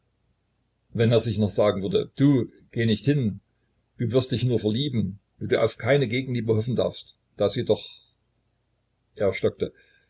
wenn er sich noch sagen würde du geh nicht hin du wirst dich nur verlieben wo du auf keine gegenliebe hoffen darfst da sie doch er stockte